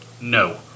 No